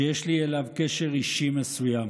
שיש לי אליו קשר אישי מסוים.